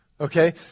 Okay